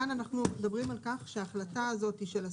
כאן אנחנו מדברים על כך שההחלטה הזאת של השר,